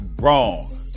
wrong